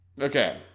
okay